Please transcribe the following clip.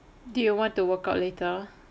do you want to workout later